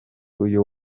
uyu